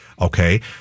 Okay